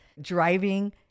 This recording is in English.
driving